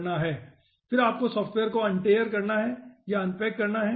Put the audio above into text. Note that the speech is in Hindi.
फिर आपको सॉफ़्टवेयर को अनटेयर या अनपैक करने की आवश्यकता है